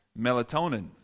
melatonin